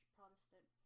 Protestant